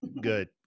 Good